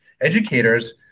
educators